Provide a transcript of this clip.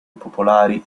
popolari